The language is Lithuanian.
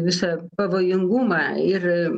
visą pavojingumą ir